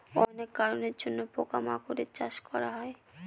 অনেক কারনের জন্য পোকা মাকড়ের চাষ করা হয়